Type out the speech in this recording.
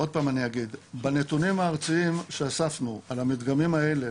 בנתונים הארציים שאספנו על המדגמים האלה,